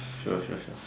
sure sure sure